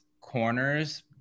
corners